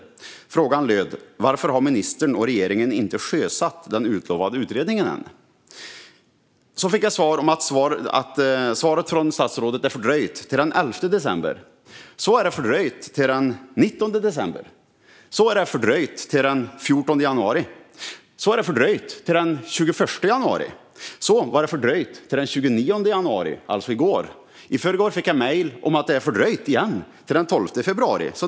Frågan löd: Varför har ministern och regeringen inte sjösatt den utlovade utredningen än? Jag fick besked om att svaret från statsrådet var fördröjt till den 11 december, sedan till den 19 december, sedan till den 14 januari, sedan till den 21 januari och sedan till den 29 januari, alltså i går. I förrgår fick jag mejl om att det åter är fördröjt, till den 12 februari.